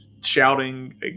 shouting